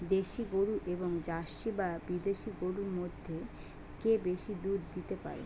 দেশী গরু এবং জার্সি বা বিদেশি গরু মধ্যে কে বেশি দুধ দিতে পারে?